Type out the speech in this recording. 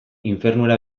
infernura